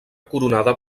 coronada